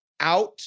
out